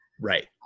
right